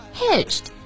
hitched